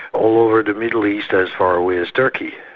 all over the middle east as far away as turkey.